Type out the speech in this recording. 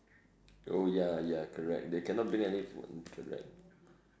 oh ya ya correct they cannot bring any food correct